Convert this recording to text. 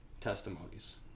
testimonies